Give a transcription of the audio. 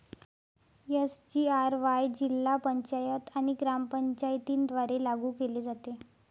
SGRY जिल्हा पंचायत आणि ग्रामपंचायतींद्वारे लागू केले जाते